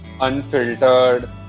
unfiltered